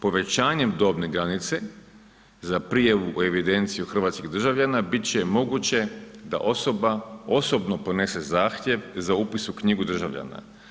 Povećanjem dobne granice za prijavu u evidenciju hrvatskih državljana, bit će moguće da osoba osobno podnese zahtjev za upis u knjigu državljana.